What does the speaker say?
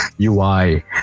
UI